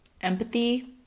empathy